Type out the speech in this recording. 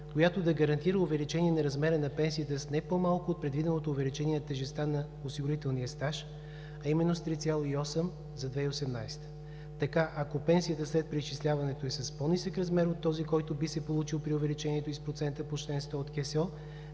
която да гарантира увеличение на размера на пенсията с не по-малко от предвиденото увеличение на тежестта на осигурителния стаж, а именно с 3,8 за 2018 г. Така, ако пенсията след преизчисляването е с по-нисък размер от този, който би се получил при увеличението й с процента по чл. 100 от КСО,